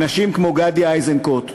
אנשים כמו גדי איזנקוט,